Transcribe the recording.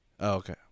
okay